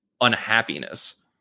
unhappiness